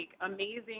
amazing